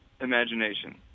imagination